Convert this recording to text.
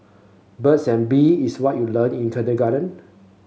birds and bee is what you learnt in kindergarten